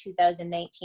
2019